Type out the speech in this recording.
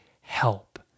help